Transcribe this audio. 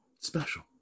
special